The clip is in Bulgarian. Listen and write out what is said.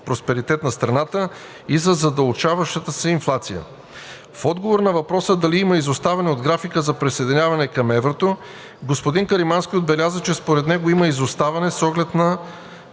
просперитет на страната и за задълбочаващата се инфлация. В отговор на въпроса дали има изоставане от графика за присъединяване към еврото, господин Каримански отбеляза, че според него има изоставане с оглед на